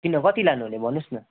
किन कति लानु हुने भन्नु होस् न